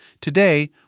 Today